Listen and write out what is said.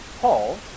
Paul